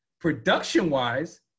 production-wise